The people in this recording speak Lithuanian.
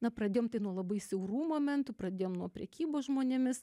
na pradėjom tai nuo labai siaurų momentų pradėjom nuo prekybos žmonėmis